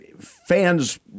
fans